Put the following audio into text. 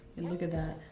and look at that.